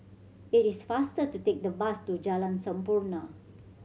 it is faster to take the bus to Jalan Sampurna